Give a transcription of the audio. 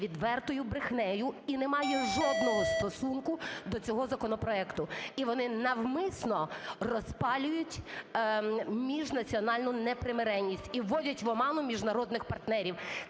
відвертою брехнею і немає жодного стосунку до цього законопроекту. І вони навмисно розпалюють міжнаціональну непримиренність і вводять в оману міжнародних партнерів.